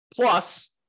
Plus